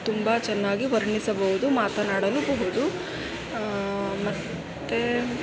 ತುಂಬ ಚೆನ್ನಾಗಿ ವರ್ಣಿಸಬಹುದು ಮಾತನಾಡಲೂಬಹುದು ಮತ್ತು